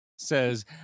Says